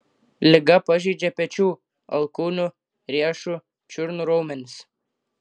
liga pažeidžia pečių alkūnių riešų čiurnų raumenis